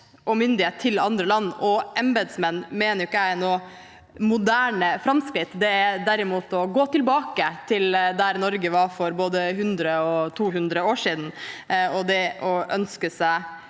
og myndighet til andre land og embetsmenn mener ikke jeg er noe moderne framskritt. Det er derimot å gå tilbake til der Norge var for både 100 og 200 år siden. Derimot synes